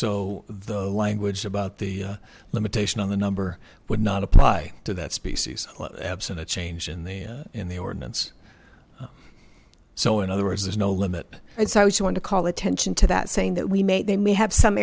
so the language about the limitation on the number would not apply to that species absent a change in the in the ordinance so in other words there's no limit and so i was going to call attention to that saying that we may they may have some